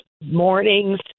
mornings